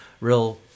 real